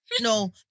No